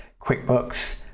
QuickBooks